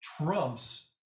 trumps